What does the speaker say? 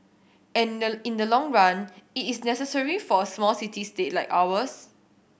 and the in the long run it is necessary for a small city state like ours